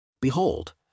Behold